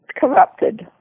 corrupted